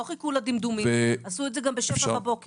לא חיכו לדמדומים, עשו את זה גם ב-7:00 בבוקר.